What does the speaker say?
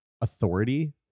authority